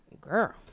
girl